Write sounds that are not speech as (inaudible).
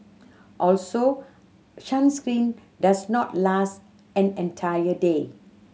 also (unintelligible) does not last an entire day